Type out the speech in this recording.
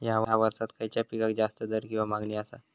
हया वर्सात खइच्या पिकाक जास्त दर किंवा मागणी आसा?